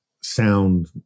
sound